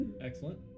Excellent